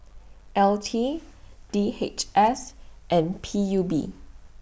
L T D H S and P U B